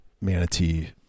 manatee